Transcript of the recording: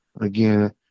Again